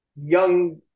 young